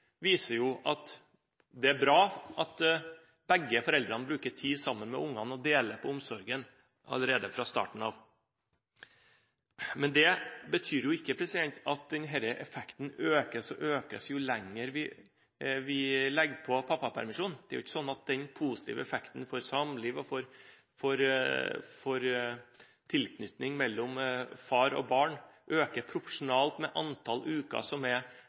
begge foreldrene bruker tid sammen med ungene og deler på omsorgen allerede fra starten av. Men det betyr jo ikke at denne effekten økes og økes jo lenger vi gjør pappapermisjonen. Det er ikke sånn at den positive effekten for samliv og for tilknytning mellom far og barn øker proporsjonalt med antall uker som er